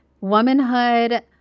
womanhood